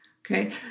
Okay